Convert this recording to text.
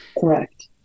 correct